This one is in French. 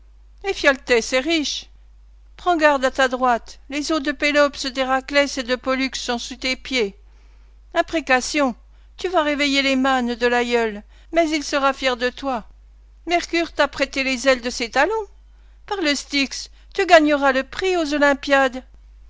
éphialtès est riche prends garde à ta droite les os de pélops d'héraklès et de pollux sont sous tes pieds imprécations tu vas réveiller les mânes de l'aïeul mais il sera fier de toi mercure t'a prêté les ailes de ses talons par le styx tu gagneras le prix aux olympiades